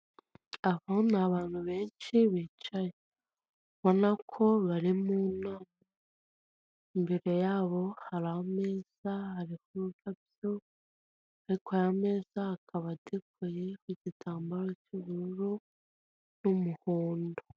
Aba ni abantu benshi bicaye, ubona ko bari mu nama, imbere yabo hari ameza, hariho ururabyo, ariko aya meza akaba ateguye ku gitambaro cy'ubururu n'umuhondo.